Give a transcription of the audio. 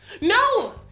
no